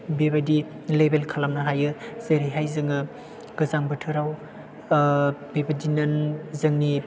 बेबायदि लेबेल खालामनो हायो जेरैहाय जोङो गोजां बोथोराव बेबायदिनो जोंनि